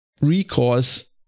recourse